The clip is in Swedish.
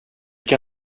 kan